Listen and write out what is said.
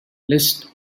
list